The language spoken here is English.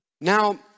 Now